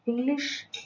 English